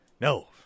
No